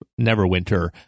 Neverwinter